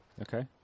Okay